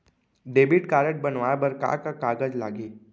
Debit card बनवाये बर का का कागज लागही?